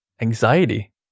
anxiety